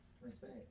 respect